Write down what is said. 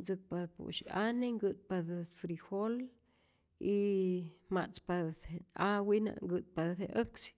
Ntzäkpatät pu'syiane, nkä'tpatät frijol y ma'tzpatät je, a wina kä't patät je äksi,